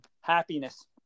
Happiness